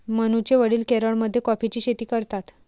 मनूचे वडील केरळमध्ये कॉफीची शेती करतात